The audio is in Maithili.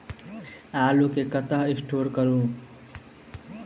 आलु केँ कतह स्टोर करू?